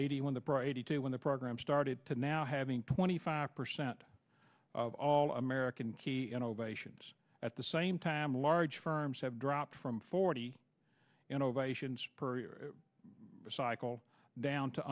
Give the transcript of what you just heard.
eighty one the brady two when the program started to now having twenty five percent of all american innovations at the same time large firms have dropped from forty innovations per cycle down to